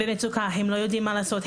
הם לא יודעים מה לעשות.